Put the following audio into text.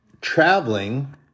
traveling